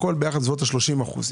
כ-30%.